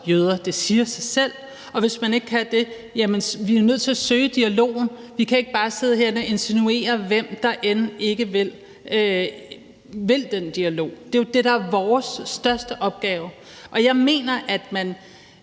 det siger sig selv, og hvis man ikke kan det, er vi jo nødt til at søge dialogen. Vi kan ikke bare sidde herinde og insinuere, hvem der ikke vil den dialog. Det er jo det, der er vores største opgave. Jeg mener, at man